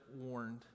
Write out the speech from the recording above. warned